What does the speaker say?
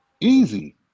Easy